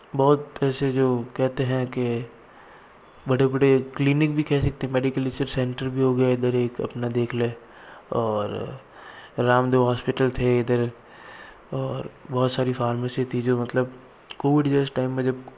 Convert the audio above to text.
बहुत ऐसे जो कहते हैं कि बड़े बड़े क्लिनिक भी कह सकते हैं मेडीकली सिर्फ सेंटर भी हो गया इधर एक अपना देख ले और रामदेव हॉस्पिटल थे इधर और बहुत सारी फ़ारमेसी थी जो मतलब कोविड जैसे टाइम में जब